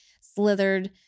slithered